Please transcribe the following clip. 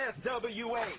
SWA